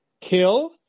kill